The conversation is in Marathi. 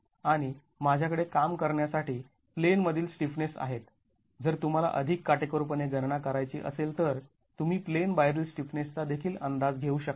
आणि माझ्याकडे काम करण्यासाठी प्लेन मधील स्टिफनेस आहेत जर तुम्हाला अधिक काटेकोरपणे गणना करायची असेल तर तुम्ही प्लेन बाहेरील स्टिफनेसचा देखील अंदाज घेऊ शकता